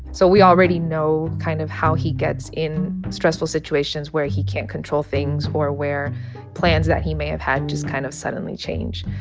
so we already know kind of how he gets in stressful situations where he can't control things or where plans that he may have had just kind of suddenly change.